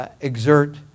exert